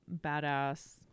badass